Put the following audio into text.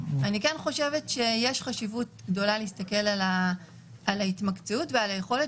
יש חשיבות גדולה להסתכל על ההתמקצעות ועל היכולת